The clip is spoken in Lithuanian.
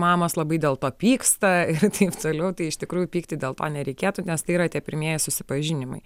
mamos labai dėl to pyksta ir taip toliau tai iš tikrųjų pykti dėl to nereikėtų nes tai yra tie pirmieji susipažinimai